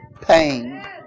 pain